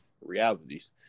realities